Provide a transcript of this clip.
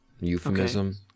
euphemism